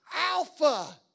Alpha